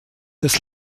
des